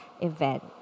event